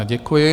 Děkuji.